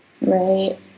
Right